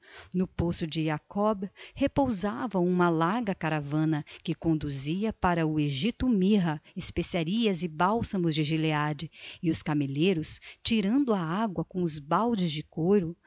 no poço de jacob repousava uma larga caravana que conduzia para o egipto mirra especiarias e bálsamos de gilead e os cameleiros tirando a água com os baldes de couro